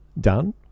done